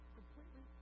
completely